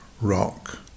rock